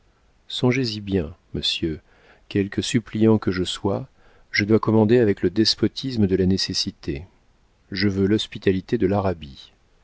songez-y bien monsieur quelque suppliant que je sois je dois commander avec le despotisme de la nécessité je veux l'hospitalité de l'arabie